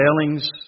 failings